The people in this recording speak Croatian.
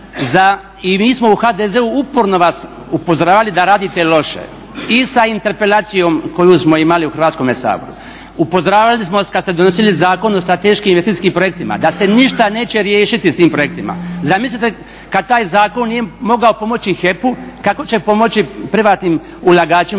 I mi smo u HDZ-u uporno vas upozoravali da radite loše i sa interpelacijom koju smo imali u Hrvatskome saboru. Upozoravali smo vas kada ste donosili Zakon o strateškim i investicijskim projektima da se ništa neće riješiti s tim projektima. Zamislite kad taj zakon nije mogao pomoći HEP-u kako će pomoći privatnim ulagačima